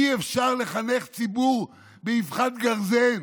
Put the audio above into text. אי-אפשר לחנך ציבור באבחת גרזן.